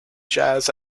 jazz